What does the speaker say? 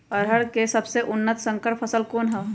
अरहर के सबसे उन्नत संकर फसल कौन हव?